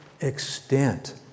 extent